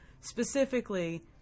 specifically